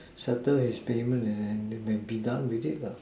settle his payment and and be done with it lah